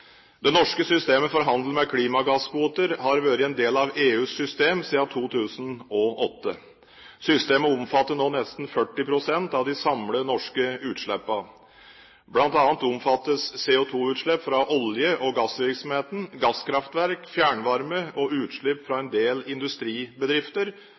Det norske systemet for handel med klimagasskvoter har vært en del av EUs system siden 2008. Systemet omfatter nå nesten 40 pst. av de samlede norske utslippene. Blant annet omfattes CO2-utslipp fra olje- og gassvirksomheten, gasskraftverk, fjernvarme og utslipp fra